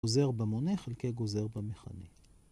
‫גוזר במונה, חלקי גוזר במכנה.